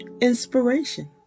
inspiration